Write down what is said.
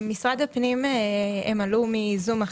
ומבחינת הפניות היום סיימנו את הדיון.